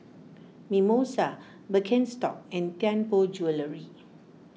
Mimosa Birkenstock and Tianpo Jewellery